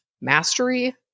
Mastery